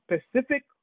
specific